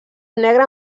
negre